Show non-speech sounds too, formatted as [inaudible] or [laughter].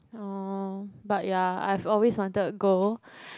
oh but ya I've always wanted go [breath]